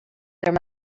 there